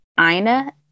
Ina